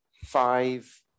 five